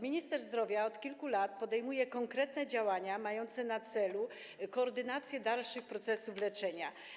Minister zdrowia od kilku lat podejmuje konkretne działania mające na celu koordynację dalszych procesów leczenia.